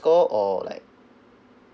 score or like